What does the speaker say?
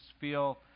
feel